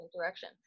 direction